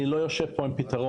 אני לא יושב פה עם פתרון,